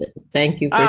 thank you.